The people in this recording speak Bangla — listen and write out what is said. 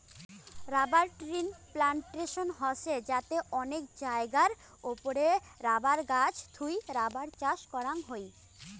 রবার ট্রির প্লানটেশন হসে যাতে অনেক জায়গার ওপরে রাবার গাছ থুই রাবার চাষ করাং হই